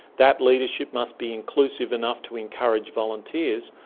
that leadership must be inclusive enough to encourage volunteers.